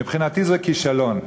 מבחינתי זה כישלון.